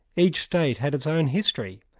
each state had its own history.